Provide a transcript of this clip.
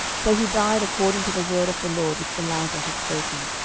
so he died according to the word of the lord which elijah had spoken.